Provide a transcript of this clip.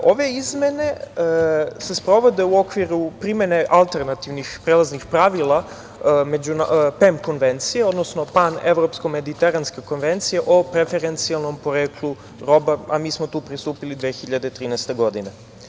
Ove izmene se sprovode u okviru primene alternativnih prelaznih pravila PEM konvencije, odnosno Pan evropsko-mediteranska konvencija o preferencijalnom poreklu roba, a mi smo tu pristupili 2013. godine.